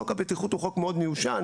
חוק הבטיחות הוא חוק מאוד מיושן,